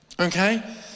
okay